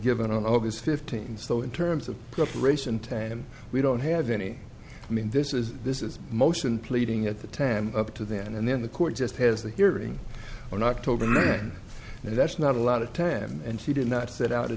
given on august fifteenth so in terms of preparation time we don't have any i mean this is this is a motion pleading at the time up to then and then the court just has a hearing on october ninth and that's not a lot of ten and he did not set out